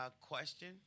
question